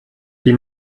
die